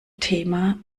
thema